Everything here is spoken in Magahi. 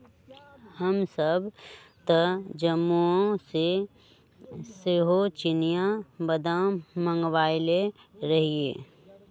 हमसभ तऽ जम्मूओ से सेहो चिनियाँ बेदाम मँगवएले रहीयइ